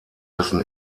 dessen